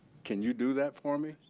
can you do that for me?